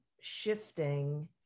shifting